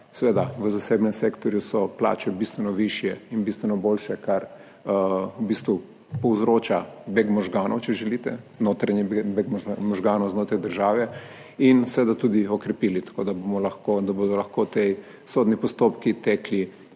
seveda v zasebnem sektorju plače bistveno višje in bistveno boljše, kar v bistvu povzroča beg možganov, če želite, beg možganov znotraj države – in seveda tudi okrepili, tako da bodo lahko ti sodni postopki tekli